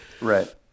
right